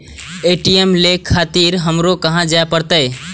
ATM ले खातिर हमरो कहाँ जाए परतें?